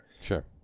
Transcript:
Sure